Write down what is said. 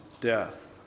death